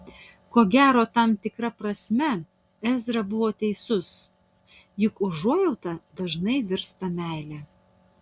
ko gero tam tikra prasme ezra buvo teisus juk užuojauta dažnai virsta meile